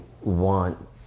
want